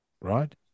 right